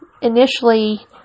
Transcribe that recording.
initially